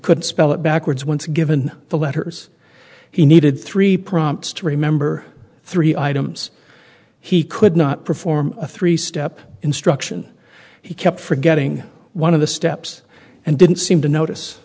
could spell it backwards once given the letters he needed three prompts to remember three items he could not perform a three step instruction he kept forgetting one of the steps and didn't seem to notice